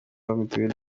mutuelle